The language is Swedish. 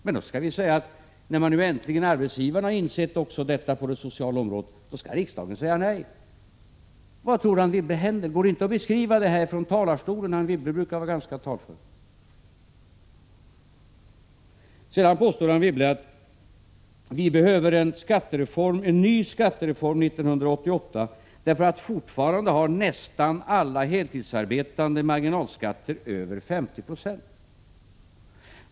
Men när äntligen också arbetsgivarna har insett detta på det sociala området skall riksdagen säga nej. Vad tror Anne Wibble händer? Går det inte att beskriva det härifrån talarstolen — Anne Wibble brukar ju vara ganska talför? Sedan påstår Anne Wibble att vi behöver en ny skattereform 1988, eftersom fortfarande nästan alla heltidsarbetande har marginalskatter på över 50 20.